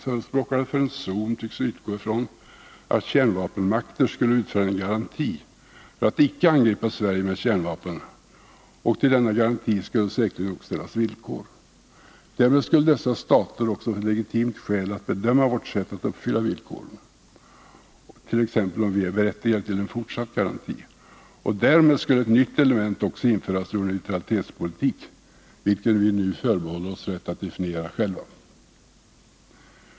Förespråkarna för en zon tycks utgå från att kärnvapenmakter skulle utfärda en garanti för att inte angripa Sverige med kärnvapen, och till denna garanti skulle säkerligen också knytas villkor. Därmed skulle dessa stater också få ett legitimt skäl att bedöma vårt sätt att uppfylla villkoren, t.ex. om vi är berättigade till fortsatt garanti. Därvid skulle ett nytt element införas i vår neutralitetspolitik, vilken vi nu förbehåller oss rätten att definiera själva.